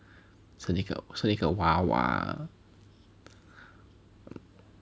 生一个娃娃我才不要